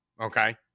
Okay